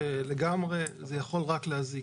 זה יכול רק להזיק.